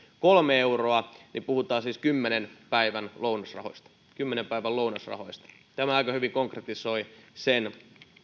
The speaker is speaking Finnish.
kolme euroa niin puhutaan siis kymmenen päivän lounasrahoista kymmenen päivän lounasrahoista tämä aika hyvin konkretisoi sen